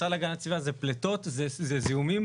משרד להגנת הסביבה זה פלטות, זה זיהומים.